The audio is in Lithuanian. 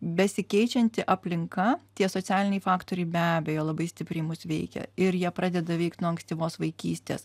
besikeičianti aplinka tie socialiniai faktoriai be abejo labai stipriai mus veikia ir jie pradeda veikt nuo ankstyvos vaikystės